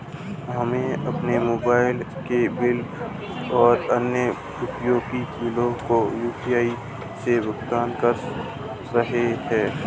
हम अपने मोबाइल के बिल और अन्य उपयोगी बिलों को यू.पी.आई से भुगतान कर रहे हैं